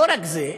לא רק זה,